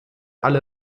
alle